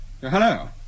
Hello